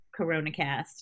Coronacast